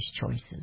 choices